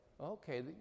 Okay